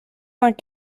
vingt